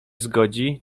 zgodzi